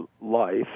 life